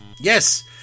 yes